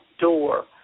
door